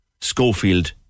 Schofield